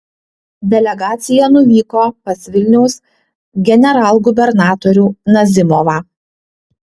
delegacija nuvyko pas vilniaus generalgubernatorių nazimovą